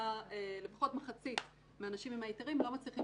ולפחות מחצית מהאנשים עם ההיתרים לא מצליחים